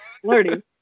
flirty